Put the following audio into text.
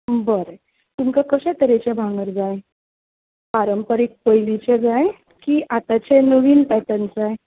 बरें तुमकां कशे तरेचें भांगर जाय पारंपारीक पयलींचें जाय की आतांचे नवीन पॅटन्स जाय